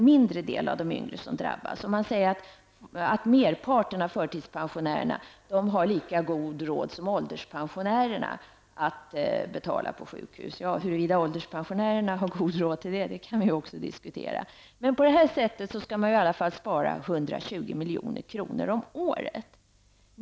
Man säger att merparten av förtidspensionärerna har lika god råd som ålderspensionärerna att betala när de är på sjukhus. Huruvida ålderspensionärerna har god råd till det kan ju också diskuteras. Men på detta sätt skall man i alla fall spara 120 milj.kr. om året.